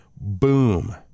Boom